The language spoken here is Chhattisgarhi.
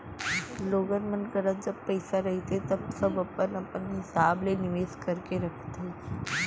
लोगन मन करा जब पइसा रहिथे तव सब अपन अपन हिसाब ले निवेस करके रखथे